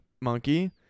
monkey